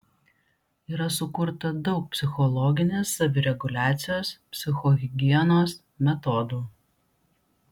yra sukurta daug psichologinės savireguliacijos psichohigienos metodų